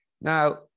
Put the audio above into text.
now